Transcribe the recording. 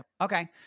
Okay